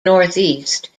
northeast